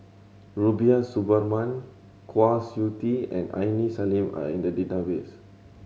Rubiah Suparman Kwa Siew Tee and Aini Salim are in the database